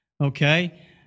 okay